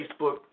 Facebook